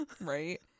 Right